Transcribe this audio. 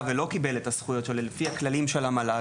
ולא קיבל את הזכויות שלו לפי הכללים של המל"ג,